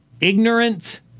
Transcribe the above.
ignorant